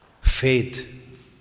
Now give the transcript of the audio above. faith